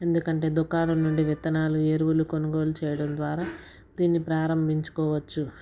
ఎందుకంటే దుకాణం నుండి విత్తనాలు ఎరువులు కొనుగోలు చేయడం ద్వారా దిన్నీ ప్రారంభించుకోవచ్చు